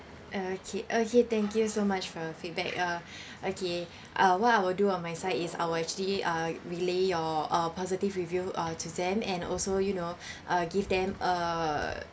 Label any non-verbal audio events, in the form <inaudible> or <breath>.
okay okay thank you so much for your feedback uh <breath> okay uh what I will do on my side is I will actually uh relay your uh positive review uh to them and also you know <breath> uh give them err